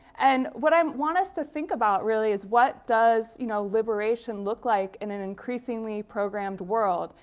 and what i um want us to think about, really, is what does you know liberation look like in an increasingly programmed world?